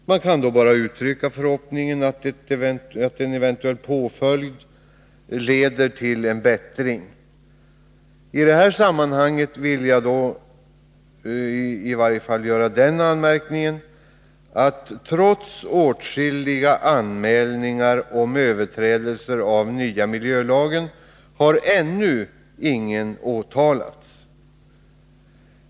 Man kan bara uttrycka förhoppningen att en eventuell påföljd leder till en bättring. I det sammanhanget vill jag dock påpeka det anmärkningsvärda i att trots åtskilliga anmälningar om överträdelser av den nya miljölagen har ännu ingen åtalats.